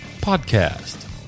Podcast